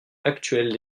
actuelle